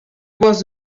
was